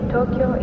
Tokyo